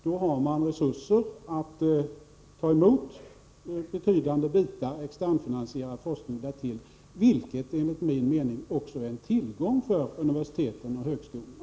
Då skulle universiteten få resurser att ta emot betydande delar externfinansierad forskning, som enligt min mening också är en tillgång för universiteten och högskolorna.